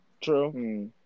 True